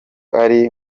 ari